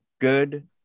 good